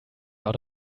out